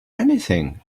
anything